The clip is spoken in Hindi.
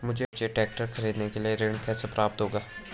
मुझे ट्रैक्टर खरीदने के लिए ऋण कैसे प्राप्त होगा?